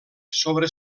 sobre